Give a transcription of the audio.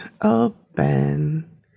Open